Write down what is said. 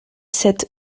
sept